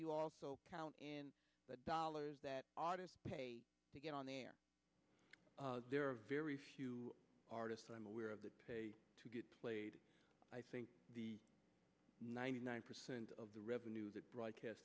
you also count in the dollars that are to pay to get on the air there are very few artists i'm aware of that pay to get played i think the ninety nine percent of the revenue the broadcast